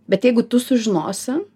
bet jeigu tu sužinosi